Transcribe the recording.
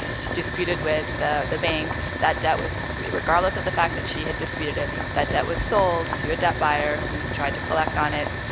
she disputed with the the bank. that debt was regardless of the fact that she had disputed it, that debt was sold to a debt buyer who tried to collect on it,